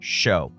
show